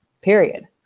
Period